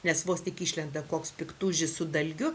nes vos tik išlenda koks piktužis su dalgiu